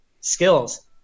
skills